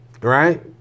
right